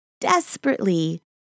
desperately